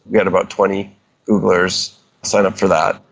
we had about twenty googlers sign up for that.